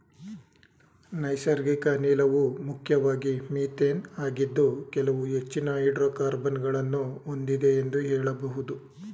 ನೈಸರ್ಗಿಕ ಅನಿಲವು ಮುಖ್ಯವಾಗಿ ಮಿಥೇನ್ ಆಗಿದ್ದು ಕೆಲವು ಹೆಚ್ಚಿನ ಹೈಡ್ರೋಕಾರ್ಬನ್ ಗಳನ್ನು ಹೊಂದಿದೆ ಎಂದು ಹೇಳಬಹುದು